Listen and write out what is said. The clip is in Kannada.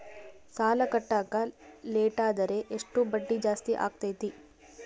ಸಾಲ ಕಟ್ಟಾಕ ಲೇಟಾದರೆ ಎಷ್ಟು ಬಡ್ಡಿ ಜಾಸ್ತಿ ಆಗ್ತೈತಿ?